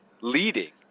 leading